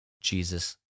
Jesus